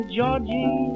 Georgie